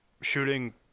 Shooting